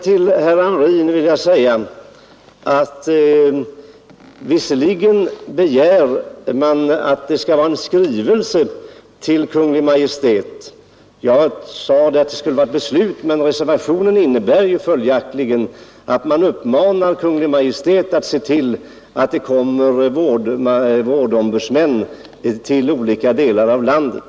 Till herr Hamrin vill jag sedan säga att det visserligen är sant att man i reservationen bara begär en skrivelse till Kungl. Maj:t, medan jag sade att det gällde ett beslut. Men i reservationen vill man ändå uppmana Kungl. Maj:t att se till att vårdombudsmän tillsätts i olika delar av landet.